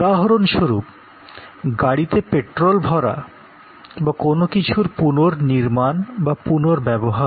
উদাহরণস্বরূপ গাড়িতে পেট্রল ভরা বা কোনোকিছুর পুনর্নির্মাণ বা পুনর্ব্যবহার